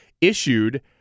issued